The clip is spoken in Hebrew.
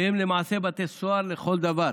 שהם למעשה בתי סוהר לכל דבר.